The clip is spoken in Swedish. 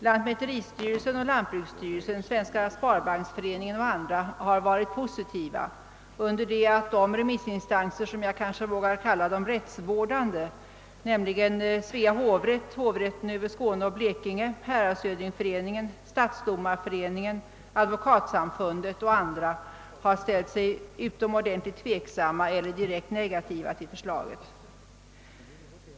Lantmäteristyrelsen, lantbruksstyrelsen, Svenska sparbanksföreningen och andra har varit positiva, under det att de remissinstanser som jag kanske vågar kalla de rättsvårdande, nämligen Svea hovrätt, hovrätten över Skåne och Blekinge, Föreningen Sveriges häradshövdingar, Föreningen Sveriges stadsdomare, Sveriges advokatsamfund och andra har ställt sig utomordentligt tveksamma eller direkt negativa till förslaget.